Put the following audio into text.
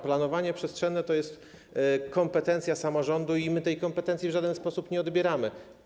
Planowanie przestrzenne to jest kompetencja samorządu i my tej kompetencji w żaden sposób nie odbieramy.